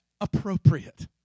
appropriate